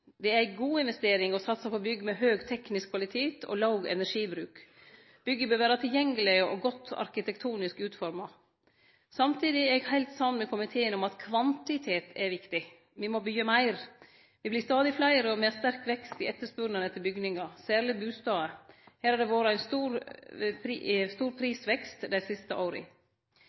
Det er god investering å satse på bygg med høg teknisk kvalitet og låg energibruk. Bygga bør vere tilgjengelege og godt arkitektonisk utforma. Samtidig er eg heilt samd med komiteen i at kvantitet er viktig – me må byggje meir! Me vert stadig fleire, og me har sterk vekst i etterspurnaden etter bygningar, særleg bustader. Her har det vore ein stor prisvekst dei siste åra.